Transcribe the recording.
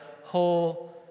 whole